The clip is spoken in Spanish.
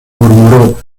murmuró